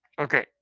Okay